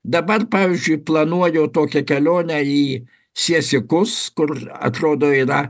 dabar pavyzdžiui planuoju tokią kelionę į siesikus kur atrodo yra